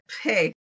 hey